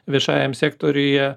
viešajam sektoriuje